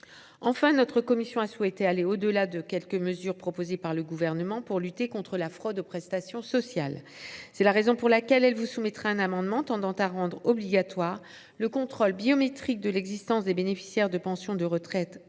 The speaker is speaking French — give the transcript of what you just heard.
Enfin, notre commission a souhaité aller au delà des quelques mesures proposées par le Gouvernement pour lutter contre la fraude aux prestations sociales. C’est la raison pour laquelle elle vous soumettra un amendement tendant à rendre obligatoire le contrôle biométrique de l’existence des bénéficiaires de pensions de retraite